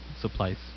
supplies